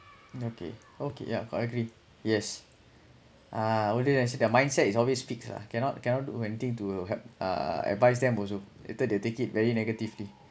okay okay yeah quite agree yes uh although they see their mindset is always speaks lah cannot cannot do anything to help uh advice them also later they take it very negatively